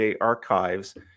archives